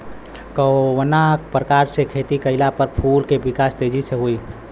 कवना प्रकार से खेती कइला पर फूल के विकास तेजी से होयी?